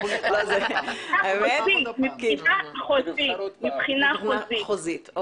מבחינה חוזית.